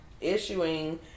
issuing